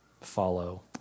follow